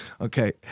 Okay